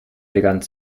elegant